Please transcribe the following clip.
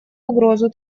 угрозу